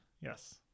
Yes